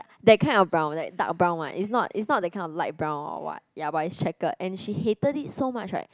that kind of brown like dark brown one it's not it's not that kind of light brown or what ya but it's checked and she hated it so much right